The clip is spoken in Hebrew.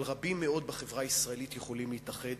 אבל רבים מאוד בחברה הישראלית יכולים להתאחד